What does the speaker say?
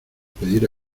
pedir